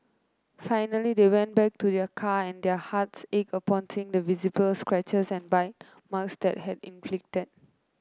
finally they went back to their car and their hearts ached upon seeing the visible scratches and bite marks that had been inflicted